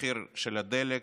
המחיר של הדלק,